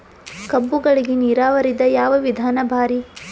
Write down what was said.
ಕಬ್ಬುಗಳಿಗಿ ನೀರಾವರಿದ ಯಾವ ವಿಧಾನ ಭಾರಿ?